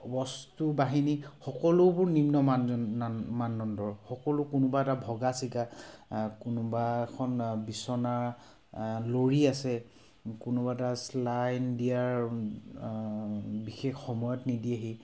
বস্তু বাহিনী সকলোবোৰ নিম্ন মান মানদণ্ডৰ সকলো কোনোবা এটা ভগা চিগা কোনোবা এখন বিছনা লৰি আছে কোনোবা এটা ছেলাইন দিয়াৰ বিশেষ সময়ত নিদিয়েহি